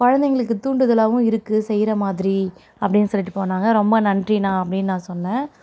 குழந்தைகளுக்கு தூண்டுதலாகவும் இருக்குது செய்கிற மாதிரி அப்படின்னு சொல்லிவிட்டு போனாங்கள் ரொம்ப நன்றியண்ணா அப்படின்னு நான் சொன்னேன்